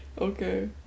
Okay